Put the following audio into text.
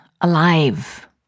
alive